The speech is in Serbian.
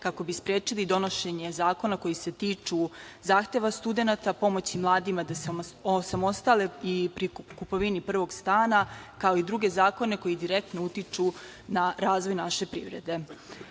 kako bi sprečili donošenje zakona koji se tiču zahteva studenata, pomoći mladima da se osamostale pri kupovini prvog stana, kao i druge zakone koji direktno utiču na razvoj naše privrede. Jasno